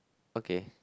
okay